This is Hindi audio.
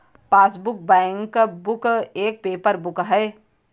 पासबुक, बैंकबुक एक पेपर बुक है